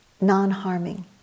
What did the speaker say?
non-harming